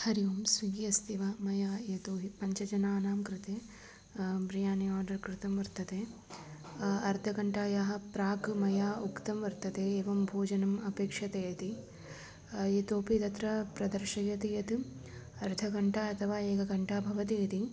हरिः ओम् स्विग्गि अस्ति वा मया यतो हि पञ्च जनानां कृते बिर्यानि आर्डर् कृतं वर्तते अर्धघण्टायाः प्राक् मया उक्तं वर्तते एवं भोजनम् अपेक्षते इति इतोपि तत्र प्रदर्शयति यत् अर्धघण्टा अथवा एकघण्टा भवति इति